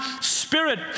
spirit